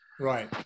Right